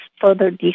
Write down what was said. further